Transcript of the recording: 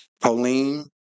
Pauline